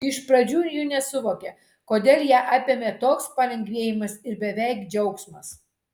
iš pradžių ji nesuvokė kodėl ją apėmė toks palengvėjimas ir beveik džiaugsmas